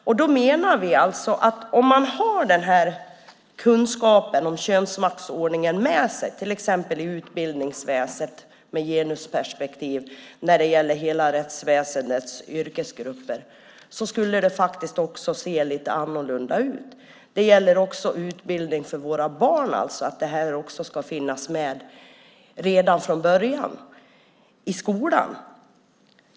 Vi menar att om man har kunskapen om könsmaktsordningen med sig, till exempel i utbildningsväsendet, och tänker på genusperspektivet när det gäller hela rättsväsendets yrkesgrupper så skulle det se lite annorlunda ut. Det gäller också utbildning för våra barn; det här ska finnas med redan från början i skolan.